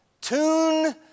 Tune